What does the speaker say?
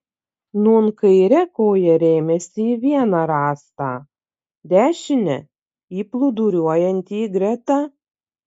nūn kaire koja rėmėsi į vieną rąstą dešine į plūduriuojantį greta